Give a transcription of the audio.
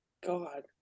God